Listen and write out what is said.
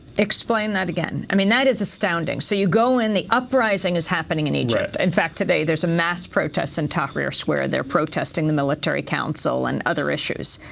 explain that again. i mean, that is astounding. so you go in, the uprising is happening in egypt, in fact today there's a mass protest in tahrir square. they're protesting the military council and other issues.